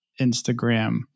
Instagram